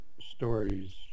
stories